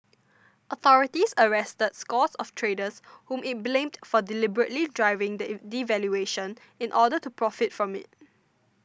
authorities arrested scores of traders whom it blamed for the deliberately driving the devaluation in order to profit from it